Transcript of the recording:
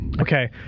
Okay